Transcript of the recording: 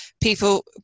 people